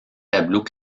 tableaux